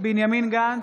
בנימין גנץ,